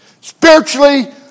spiritually